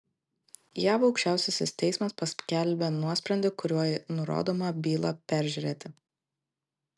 jav aukščiausiasis teismas paskelbė nuosprendį kuriuo nurodoma bylą peržiūrėti